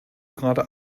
gerade